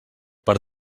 per